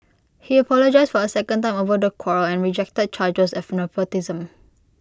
he apologised for A second time over the quarrel and rejected charges of nepotism